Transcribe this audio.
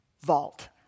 vault